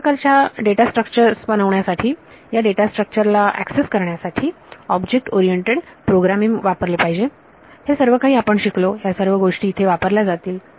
अशा प्रकारच्या data structure बनवण्यासाठी या डेटा स्ट्रक्चर ला एक्सेस करण्यासाठी ऑब्जेक्ट ओरिएंटेड प्रोग्रामिंग वापरले पाहिजे हे सर्व काही आपण शिकलो त्या सर्व गोष्टी इथे वापरल्या जातील